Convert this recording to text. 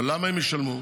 אבל למה הם ישלמו?